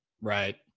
Right